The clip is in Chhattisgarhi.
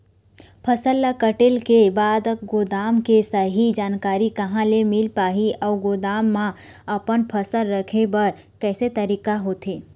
फसल ला कटेल के बाद गोदाम के सही जानकारी कहा ले मील पाही अउ गोदाम मा अपन फसल रखे बर कैसे तरीका होथे?